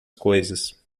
coisas